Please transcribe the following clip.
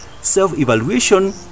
Self-evaluation